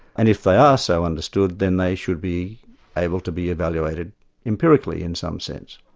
and if they are so understood, then they should be able to be evaluated empirically in some sense.